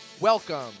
welcome